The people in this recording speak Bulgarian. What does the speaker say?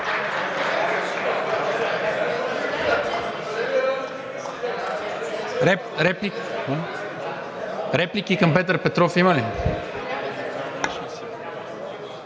Реплики към Петър Петров има ли?